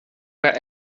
bei